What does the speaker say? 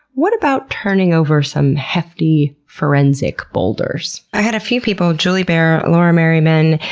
what about turning over some hefty forensic boulders? i had a few people, juliebear, laura merriman,